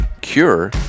Cure